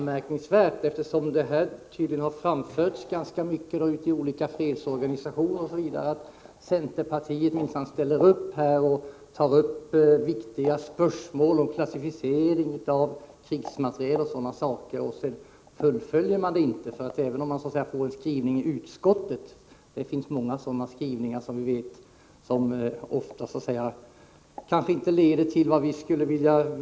Men eftersom det tydligen har framförts ganska mycket ute i olika fredsorganisationer o. d. att centerpartiet minsann ställer upp och tar upp viktiga spörsmål om klassificering av krigsmateriel o. d., tycker jag ändå att det är ganska anmärkningsvärt att man sedan inte fullföljer detta i utskottet. Man har visserligen fått en positiv skrivning i utskottet, men det finns många sådana som kanske inte leder till vad man vill få utfört.